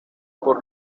por